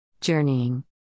Journeying